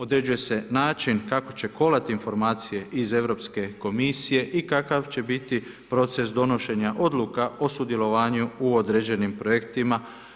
Određuje se način kako će kolati informacije iz Europske komisije i kakav će biti proces donošenja odluka o sudjelovanju u određenim projektima.